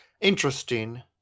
Interesting